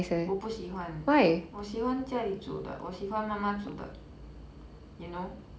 我不喜欢我喜欢家里煮的我喜欢妈妈煮的 you know